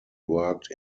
worked